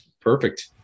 Perfect